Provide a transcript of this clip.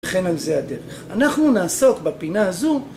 לכן על זה הדרך. אנחנו נעסוק בפינה הזו